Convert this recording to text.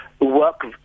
work